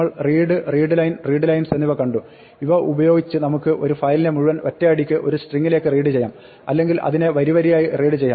നമ്മൾ read readline readlines എന്നിവ കണ്ടു ഇവ ഉപയോഗിച്ച് നമുക്ക് ഒരു ഫയലിനെ മുഴുവൻ ഒറ്റയടിക്ക് ഒരു സ്ട്രിങ്ങിലേക്ക് റീഡ് ചെയ്യാം അല്ലെങ്കിൽ അതിനെ വരിവരിയായി റീഡ് ചെയ്യാം